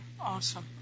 Awesome